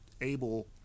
able